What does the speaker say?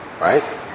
right